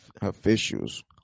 officials